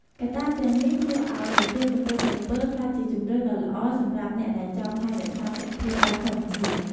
កត្តាទាំងនេះធ្វើឲ្យប្រទាលកន្ទុយក្រពើក្លាយជាជម្រើសដ៏ល្អសម្រាប់អ្នកដែលចង់ថែរក្សាសុខភាពបែបធម្មជាតិ។